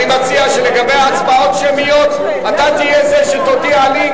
אני מציע שלגבי הצבעות שמיות אתה תהיה זה שיודיע לי,